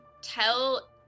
tell